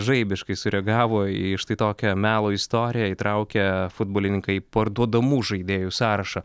žaibiškai sureagavo į štai tokią melo istoriją įtraukę futbolininkai parduodamų žaidėjų sąrašą